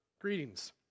greetings